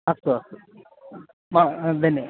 अस्तु अस्तु मम धन्यवादः